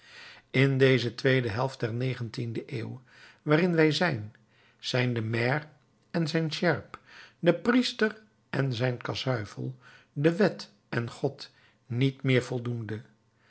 in deze tweede helft der negentiende eeuw waarin wij zijn zijn de maire en zijn sjerp de priester en zijn kasuifel de wet en god niet meer voldoende